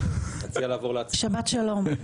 שבת שלום.